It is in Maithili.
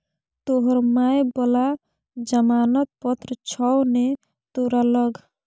तोहर माय बला जमानत पत्र छौ ने तोरा लग